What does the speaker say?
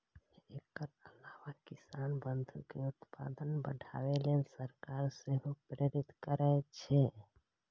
एकर अलावा किसान बंधु कें उत्पादन बढ़ाबै लेल सरकार सेहो प्रेरित करै छै